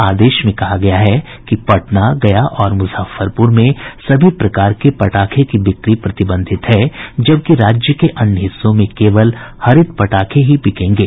आदेश में कहा गया है कि पटना गया और मुजफ्फरपुर में सभी प्रकार के पटाखे की बिक्री प्रतिबंधित है जबकि राज्य के अन्य हिस्सों में केवल हरित पटाखे ही बिकेंगे